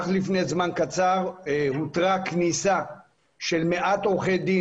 אך לפני זמן קצר הותרה כניסה של מעט עורכי דין